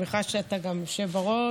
אני שמחה שאתה יושב בראש.